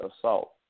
assault